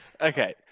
Okay